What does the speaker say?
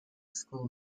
school